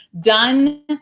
done